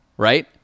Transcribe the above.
Right